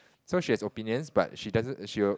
so she has opinions but she doesn't she will